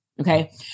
okay